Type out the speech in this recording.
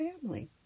family